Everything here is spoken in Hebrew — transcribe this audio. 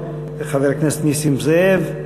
חבר הכנסת נסים זאב,